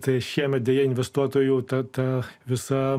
tai šiemet deja investuotojų ta ta visa